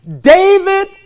David